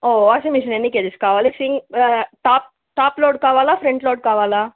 ఓ washing machine ఎన్ని kgs కావాలి సింగ్ టాప్ టాప్ లోడ్ కావాలా ఫ్రెంట్ లోడ్ కావాలా